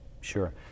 sure